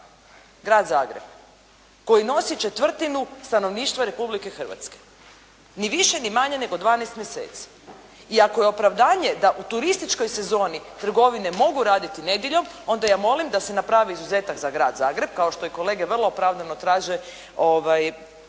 Grad Zagreb koji nosi četvrtinu stanovništva Republike Hrvatske, ni više ni manje nego 12 mjeseci. I ako je opravdanje da u turističkoj sezoni trgovine mogu raditi nedjeljom onda ja molim da se napravi izuzetak za Grad Zagreb kao što je kolega vrlo opravdano traže